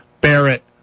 Barrett